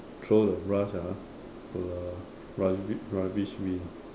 throw the brush ah to the rubbi~ rubbish bin